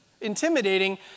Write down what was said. intimidating